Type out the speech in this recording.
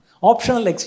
Optional